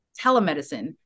telemedicine